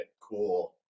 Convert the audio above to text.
Cool